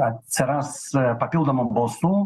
atsiras papildomų balsų